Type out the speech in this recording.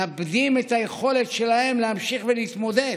מאבדים את היכולת שלהם להמשיך להתמודד